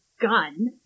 gun